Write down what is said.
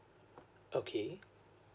okay